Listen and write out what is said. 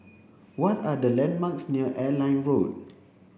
what are the landmarks near Airline Road